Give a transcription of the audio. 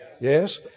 Yes